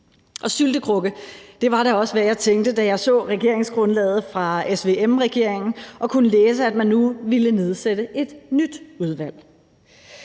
Syltekrukke var da også, hvad jeg tænkte, da jeg så regeringsgrundlaget fra SVM-regeringen og kunne læse, at man nu ville nedsætte et nyt udvalg.